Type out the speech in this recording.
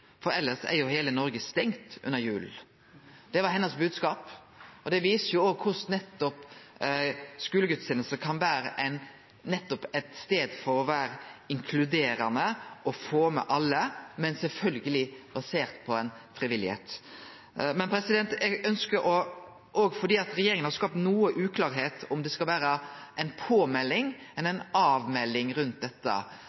For ellers er jo hele Norge stengt under julen.» Det var hennar bodskap, og det viser at skulegudsteneste kan vere ein stad for nettopp å vere inkluderande og få med alle, men sjølvsagt basert på frivilligheit. Men regjeringa har skapt noko uklarheit om det skal vere ei påmelding